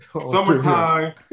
Summertime